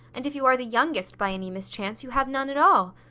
and if you are the youngest, by any mischance, you have none at all.